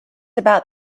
about